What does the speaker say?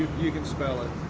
you can spell that.